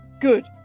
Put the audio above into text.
Good